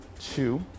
two